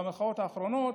למחאות האחרונות,